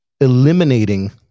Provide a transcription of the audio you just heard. eliminating